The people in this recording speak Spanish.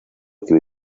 que